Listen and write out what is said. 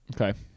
Okay